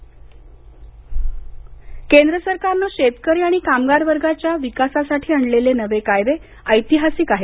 नड्डा केंद्र सरकारनं शेतकरी आणि कामगारवर्गाच्या विकासासाठी आणलेले नवे कायदे ऐतिहासिक आहेत